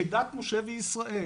כדת משה בישראל,